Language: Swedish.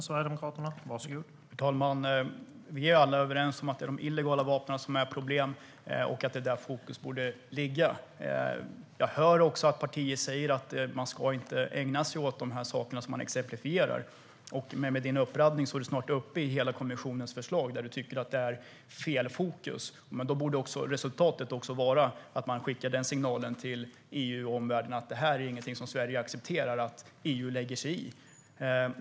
Herr talman! Vi är alla överens om att det är de illegala vapnen som är problemet och att det är där fokus borde ligga. Jag hör också att partier säger att man inte ska ägna sig åt de saker som exemplifieras. Med din uppradning är du snart uppe i hela kommissionens förslag där du tycker att det är fel fokus. Då borde resultatet vara att man skickar den signalen till EU och omvärlden att det inte är något som Sverige accepterar att EU lägger sig i.